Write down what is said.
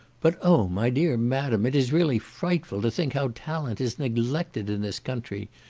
but oh! my dear madam! it is really frightful to think how talent is neglected in this country.